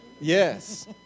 Yes